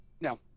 No